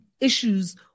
issues